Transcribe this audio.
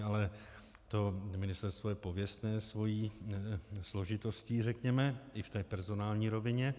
Ale to ministerstvo je pověstné svou složitostí, řekněme, i v té personální rovině.